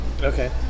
Okay